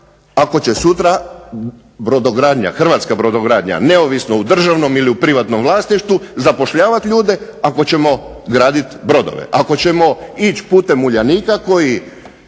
brodogradnja, hrvatska brodogradnja neovisno u državnom ili privatnom vlasništvu zapošljavat ljude ako ćemo gradit brodove, ako ćemo ići putem Uljanika koji